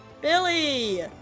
Billy